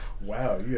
Wow